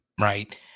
right